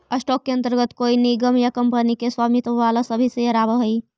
stock के अंतर्गत कोई निगम या कंपनी के स्वामित्व वाला सभी शेयर आवऽ हइ